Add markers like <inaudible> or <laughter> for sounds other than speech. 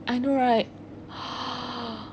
I know right <noise>